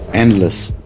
endless.